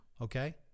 okay